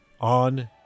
on